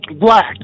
black